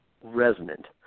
resonant